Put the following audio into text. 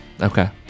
Okay